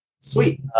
sweet